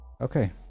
Okay